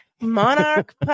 Monarch